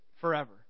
forever